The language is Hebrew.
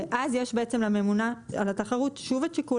ואז יש בעצם לממונה על התחרות שוב את שיקול